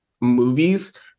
movies